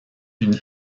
une